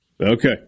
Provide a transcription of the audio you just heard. Okay